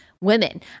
women